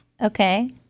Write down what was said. Okay